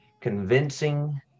convincing